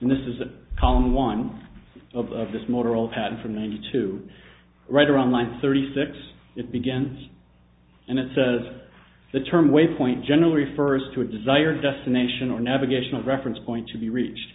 and this is a common one of this motorola pattern from ninety two right around one thirty six it begins and it says the term waypoint generally refers to a desired destination or navigational reference point to be reached